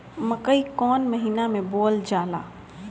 मकई कौन महीना मे बोअल जाला?